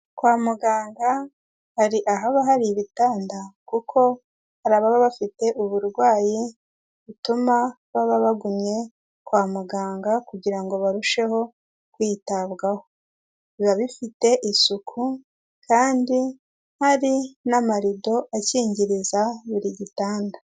Kwa muganga hari ahaba hari ibitanda kuko hari ababa bafite uburwayi butuma baba bagumye kwa muganga kugira ngo barusheho kwitabwaho, biba bifite isuku kandi hari n'amarido akingiriza buri gitanda.